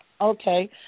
Okay